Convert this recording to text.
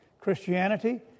Christianity